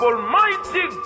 Almighty